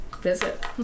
visit